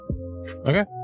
Okay